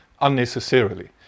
unnecessarily